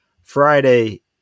Friday